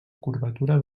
curvatura